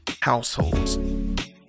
households